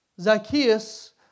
Zacchaeus